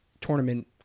tournament